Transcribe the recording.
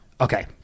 Okay